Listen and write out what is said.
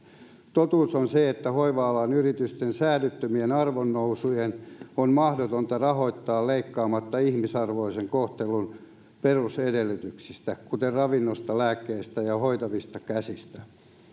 totuus on se että hoiva alan yritysten säädyttömien arvonnousujen on mahdotonta rahoittaa leikkaamatta ihmisarvoisen kohtelun perusedellytyksistä kuten ravinnosta lääkkeistä ja hoitavista käsistä